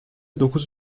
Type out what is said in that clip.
dokuz